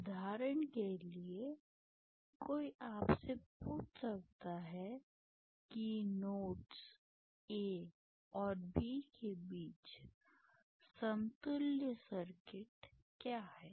उदाहरण के लिए कोई आपसे पूछ सकता है कि नोड्स A और B के बीच समतुल्य सर्किट क्या है